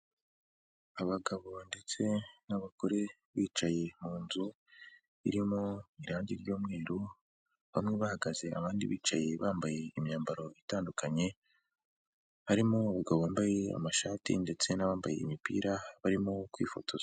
Abagabo ndetse n'abagore bicaye mu nzu irimo irangi ry'umweru, bamwe bahagaze abandi bicaye, bambaye imyambaro itandukanye, harimo umugabo wambaye ishati ndetse n'abambaye imipira barimo kwifotoza.